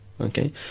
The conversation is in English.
Okay